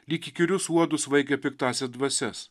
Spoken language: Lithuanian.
lyg įkyrius uodus vaikė piktąsias dvasias